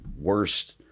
worst